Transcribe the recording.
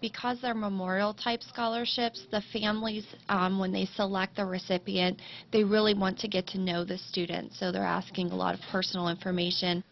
because they're memorial type scholarships to families on when they select the recipient they really want to get to know the student so they're asking a lot of personal information